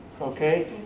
Okay